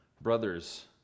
Brothers